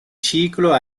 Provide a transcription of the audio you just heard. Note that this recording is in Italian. ciclo